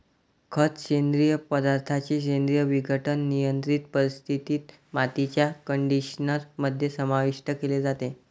खत, सेंद्रिय पदार्थांचे सेंद्रिय विघटन, नियंत्रित परिस्थितीत, मातीच्या कंडिशनर मध्ये समाविष्ट केले जाते